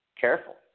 Careful